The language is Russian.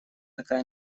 такая